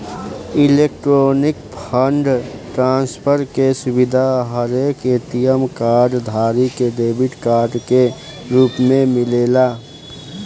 electronic fund transfer के सुविधा हरेक ए.टी.एम कार्ड धारी के डेबिट कार्ड के रूप में मिलेला